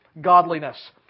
godliness